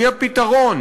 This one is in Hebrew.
היא הפתרון.